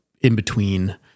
in-between